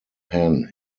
han